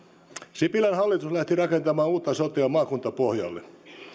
sipilän hallitus lähti rakentamaan uutta sotea maakuntapohjalle